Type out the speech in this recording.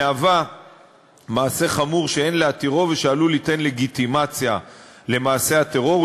מהווה מעשה חמור שאין להתירו ושעלול ליתן לגיטימציה למעשה הטרור,